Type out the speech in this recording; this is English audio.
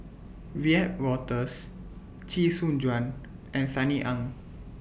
Wiebe Wolters Chee Soon Juan and Sunny Ang